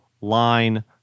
line